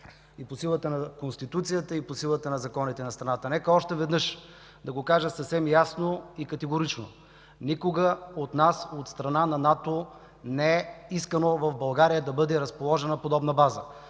и по силата на Конституцията, и по силата на законите на страната. Нека още веднъж да го кажа съвсем ясно и категорично: никога от нас от страна на НАТО не е искано в България да бъде разположена подобна база.